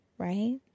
Right